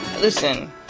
listen